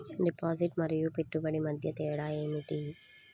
Deposit మరియు పెట్టుబడి మధ్య తేడా ఏమిటి?